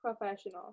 Professional